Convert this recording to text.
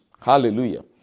hallelujah